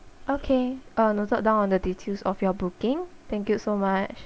okay I'll noted down on the details of your booking thank you so much